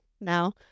now